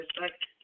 respect